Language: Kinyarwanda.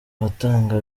abatanga